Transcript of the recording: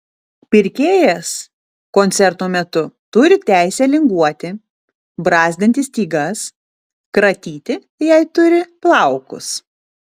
pirkėjas koncerto metu turi teisę linguoti brązginti stygas kratyti jei turi plaukus